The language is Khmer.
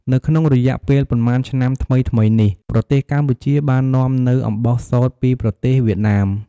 នៅក្នុងរយៈពេលប៉ុន្មានឆ្នាំថ្មីៗនេះ ប្រទេសកម្ពុជា បាននាំនូវអំបោះសូត្រពីប្រទេសវៀតណាម។